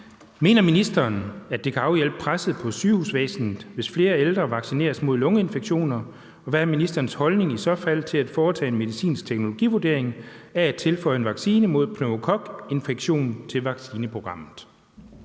Mener ministeren, at det kan afhjælpe presset på sygehusvæsenet, hvis flere ældre vaccineres mod lungeinfektioner, og hvad er ministerens holdning i så fald til at foretage en medicinsk teknologivurdering af at tilføje en vaccine mod pneumokokinfektion til vaccineprogrammet?